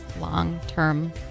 long-term